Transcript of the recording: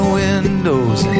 windows